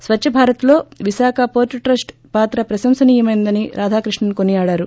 స్వచ్చ భారత్లో Visakha port trust పాత్ర ప్రశంసనీయమైనదని రాధాకృష్ణన్ కొనియాడారు